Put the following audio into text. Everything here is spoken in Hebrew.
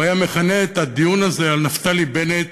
הוא היה מכנה את הדיון הזה על נפתלי בנט